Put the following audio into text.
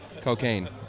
Cocaine